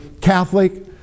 Catholic